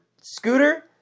Scooter